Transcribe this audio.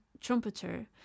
trumpeter